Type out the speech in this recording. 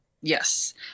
yes